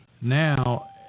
now